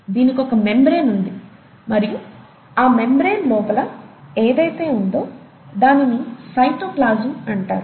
దీనికొక membrane ఉంది మరియు ఆ మెంబ్రేన్ లోపల ఏదైతే ఉందో దానిని సైటోప్లాస్మ్ అంటారు